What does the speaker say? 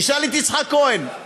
תשאל את יצחק כהן.